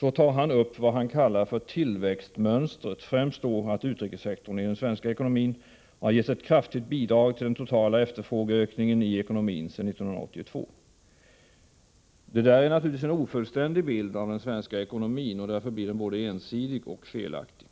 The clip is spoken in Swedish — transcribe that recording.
tar han upp vad han kallar tillväxtmönstret, främst att utrikessektorn i den svenska ekonomin har gett ett kraftigt bidrag till den totala efterfrågeökningen i ekonomin sedan 1982. Detta ger naturligtvis en ofullständig bild av den svenska ekonomin; bilden blir både ensidig och felaktig.